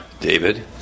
David